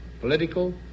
political